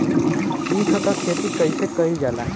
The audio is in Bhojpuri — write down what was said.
ईख क खेती कइसे कइल जाला?